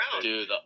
Dude